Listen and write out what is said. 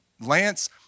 Lance